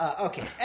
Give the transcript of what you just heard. Okay